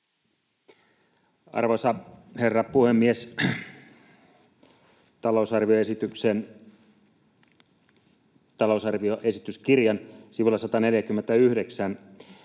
Arvoisa herra puhemies! Talousarvioesityskirjan sivulla 149